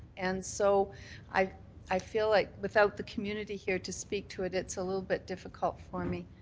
and so i i feel like without the community here to speak to it, it's a little bit difficult for me